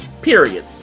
Period